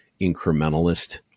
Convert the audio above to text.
incrementalist